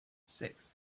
six